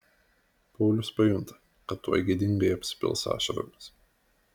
paulius pajunta kad tuoj gėdingai apsipils ašaromis